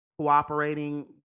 cooperating